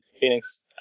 Phoenix